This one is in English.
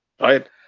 right